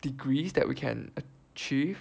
degrees that we can achieve